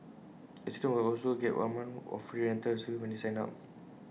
residents will also get one month of free rental service when they sign up